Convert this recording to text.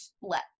let